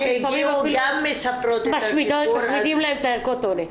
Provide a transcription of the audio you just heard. אז לפעמים אפילו משמידים להם את ערכות האונס.